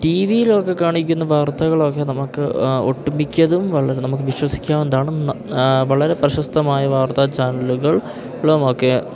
ടിവിയിലൊക്കെ കാണിക്കുന്ന വാർത്തകളൊക്കെ നമുക്ക് ഒട്ടുമിക്കതും വളരെ നമുക്ക് വിശ്വസിക്കാവുന്നതാണ് ന വളരെ പ്രശസ്തമായ വാർത്താ ചാനലുകൾ ളുമൊക്കെ